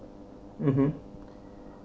mmhmm